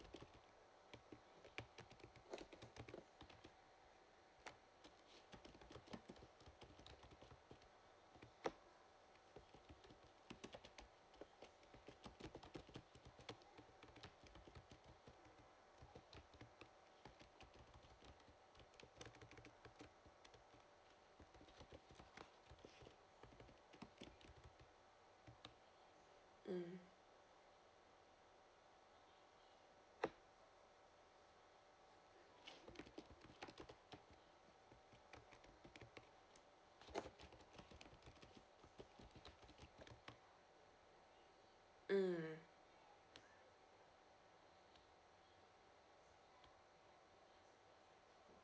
mm mm